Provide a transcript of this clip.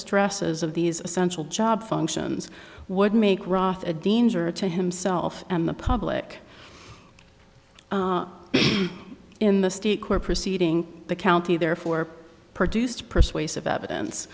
stresses of these essential job functions would make wroth a danger to himself and the public in the state court proceeding the county therefore produced persuasive evidence